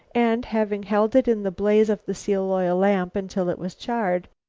and, having held it in the blaze of the seal-oil lamp until it was charred,